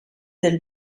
del